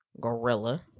gorilla